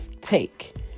take